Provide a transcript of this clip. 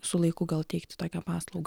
su laiku gal teikti tokią paslaugą